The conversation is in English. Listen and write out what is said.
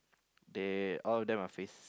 dead all of them are face